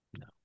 No